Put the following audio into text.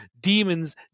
Demons